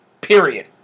Period